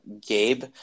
Gabe